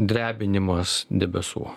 drebinimas debesų